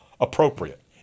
appropriate